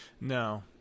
No